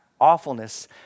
awfulness